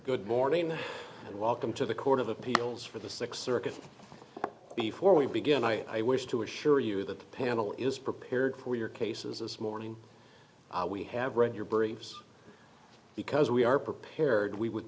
good morning and welcome to the court of appeals for the sixth circuit before we begin i wish to assure you that the panel is prepared for your cases this morning we have read your briefs because we are prepared we would